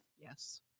Yes